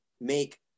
make